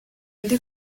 ndi